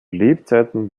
lebzeiten